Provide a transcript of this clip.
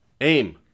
Aim